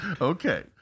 Okay